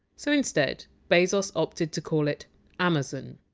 so instead, bezos opted to call it amazon.